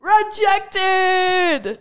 Rejected